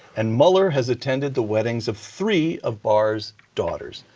and mueller has attended the weddings of three of barr's daughters.